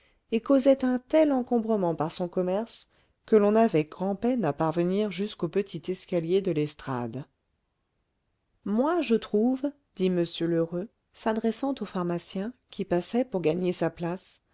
et causait un tel encombrement par son commerce que l'on avait grand-peine à parvenir jusqu'au petit escalier de l'estrade moi je trouve dit m lheureux